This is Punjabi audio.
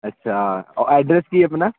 ਅੱਛਾ ਐਡਰੈਸ ਕੀ ਆਪਣਾ